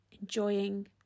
enjoying